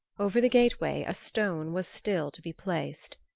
over the gateway a stone was still to be placed.